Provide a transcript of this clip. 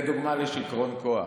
אדוני היושב-ראש, זו דוגמה לשיכרון כוח.